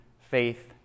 faith